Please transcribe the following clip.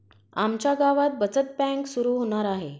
आमच्या गावात बचत बँक सुरू होणार आहे